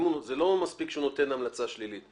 זה לא מספיק שהוא נותן המלצה שלילית.